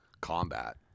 combat